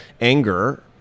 Anger